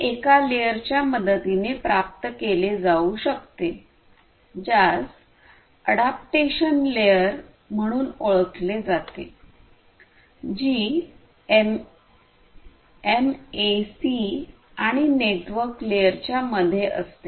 हे एका लेयरच्या मदतीने प्राप्त केले जाऊ शकते ज्यास अॅडॉप्टेशन लेयर म्हणून ओळखले जाते जी एमएसी आणि नेटवर्क लेयरच्या मध्ये असते